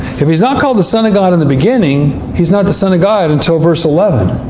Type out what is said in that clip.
if he's not called the son of god in the beginning, he's not the son of god until verse eleven.